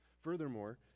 furthermore